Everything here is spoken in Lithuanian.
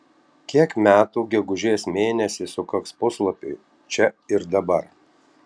kiek metų gegužės mėnesį sukaks puslapiui čia ir dabar